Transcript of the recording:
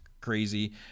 crazy